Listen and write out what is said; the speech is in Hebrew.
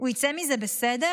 הוא יצא מזה בסדר?